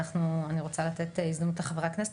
אני רוצה לתת הזדמנות לחברי הכנסת,